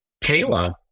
Kayla